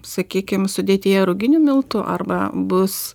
sakykim sudėtyje ruginių miltų arba bus